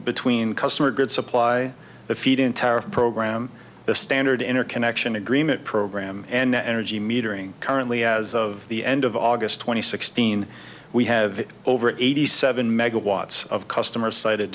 between customer good supply the feed in tariff program the standard interconnection agreement program and the energy metering currently as of the end of august twenty sixth seen we have over eighty seven megawatts of customer sited